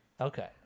Okay